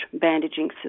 bandaging